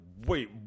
wait